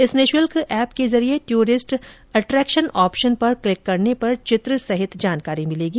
इस निःशुल्क एप के जरिये ट्यूरिस्ट अट्रेक्शन ऑप्शन पर क्लिक करने पर चित्र सहित जानकारी मिलेगी